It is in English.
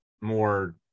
more